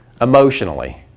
Emotionally